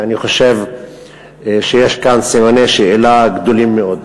ואני חושב שיש כאן סימני שאלה גדולים מאוד.